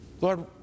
Lord